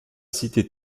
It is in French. citer